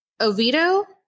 Oviedo